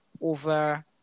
over